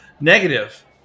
negative